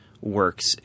works